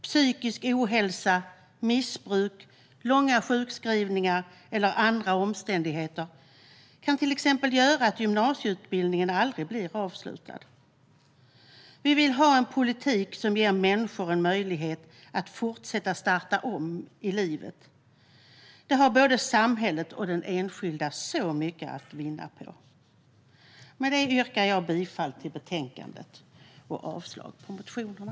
Psykisk ohälsa, missbruk, långa sjukskrivningar eller andra omständigheter kan till exempel göra att gymnasieutbildningen aldrig blir avslutad. Vi vill ha en politik som ger människor en möjlighet att fortsätta starta om i livet. Det har både samhället och den enskilda så mycket att vinna på. Jag yrkar bifall till förslaget i betänkandet och avslag på motionerna.